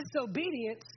disobedience